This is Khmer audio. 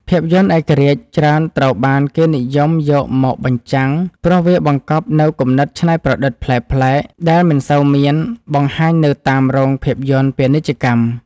ភាពយន្តឯករាជ្យ ច្រើនត្រូវបានគេនិយមយកមកបញ្ចាំង ព្រោះវាបង្កប់នូវគំនិតច្នៃប្រឌិតប្លែកៗដែលមិនសូវមានបង្ហាញនៅតាមរោងភាពយន្តពាណិជ្ជកម្ម។